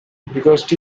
because